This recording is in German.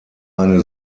eine